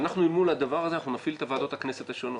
אנחנו אל מול הדבר הזה נפעיל את ועדות הכנסת השונות,